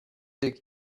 dick